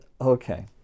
okay